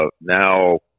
now